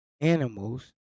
animals